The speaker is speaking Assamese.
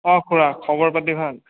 অঁ খুৰা খবৰ পাতি ভাল